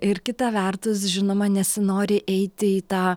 ir kita vertus žinoma nesinori eiti į tą